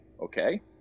Okay